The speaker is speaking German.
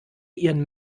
ihren